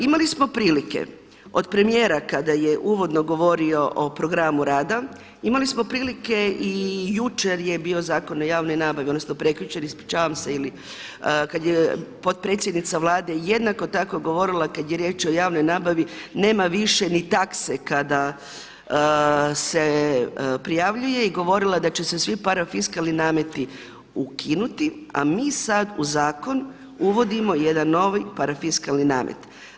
Imali smo prilike od premijera kada je uvodno govorio o programu rada, imali smo prilike i jučer je bio Zakon o javnoj nabavi, odnosno prekjučer, ispričavam se ili kada je potpredsjednica Vlade jednako tako govorila kada je riječ o javnoj nabavi nema više ni takse kada se prijavljuje i govorila da će se svi parafiskalni nameti ukinuti a mi sada u zakon uvodimo jedan novi parafiskalni namet.